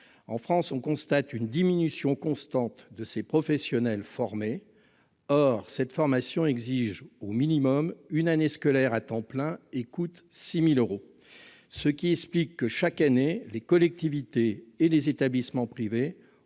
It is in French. En France, on constate une diminution constante du nombre de professionnels formés. Or cette formation exige au minimum une année scolaire à temps plein et coûte 6 000 euros, ce qui explique que, chaque année, les collectivités et les établissements privés